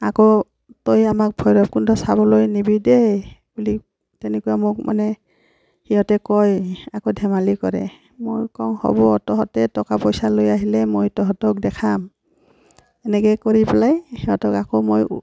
আকৌ তই আমাক ভৈৰৱকুণ্ড চাবলৈ নিবি দেই বুলি তেনেকৈ মোক মানে সিহঁতে কয় আকৌ ধেমালি কৰে মই কওঁ হ'ব তহঁতে টকা পইচা লৈ আহিলে মই তহঁতক দেখাম এনেকৈ কৰি পেলাই সিহঁতক আকৌ মই